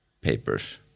papers